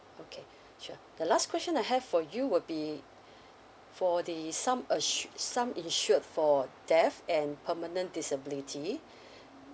okay sure the last question I have for you would be for the sum as~ sum insured for death and permanent disability